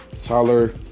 Tyler